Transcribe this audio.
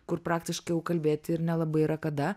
kur praktiškai jau kalbėti ir nelabai yra kada